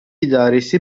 idaresi